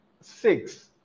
six